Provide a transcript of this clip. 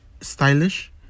stylish